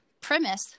premise